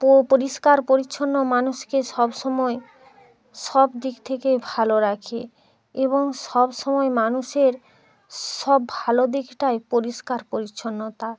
তো পরিষ্কার পরিচ্ছন্ন মানুষকে সব সময় সব দিক থেকে ভালো রাখে এবং সব সময় মানুষের সব ভালো দিকটাই পরিষ্কার পরিচ্ছন্নতা